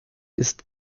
ist